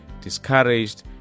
discouraged